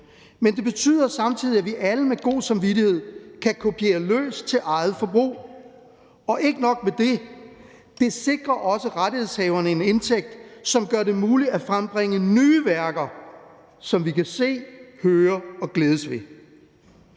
men det betyder samtidig, at vi alle med god samvittighed kan kopiere løs til eget forbrug. Og ikke nok med det sikrer det også rettighedshaverne en indtægt, som gør det muligt at frembringe nye værker, som vi kan se, høre og glædes ved.